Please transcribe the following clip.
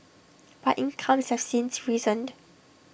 but incomes have since risen